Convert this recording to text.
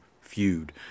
feud